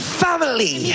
family